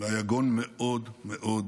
והיגון מאוד מאוד כבד,